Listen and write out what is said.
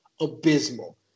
abysmal